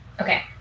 Okay